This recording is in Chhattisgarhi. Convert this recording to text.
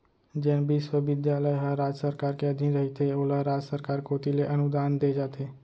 जेन बिस्वबिद्यालय ह राज सरकार के अधीन रहिथे ओला राज सरकार कोती ले अनुदान देय जाथे